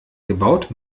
gebaut